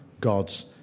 God's